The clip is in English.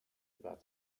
about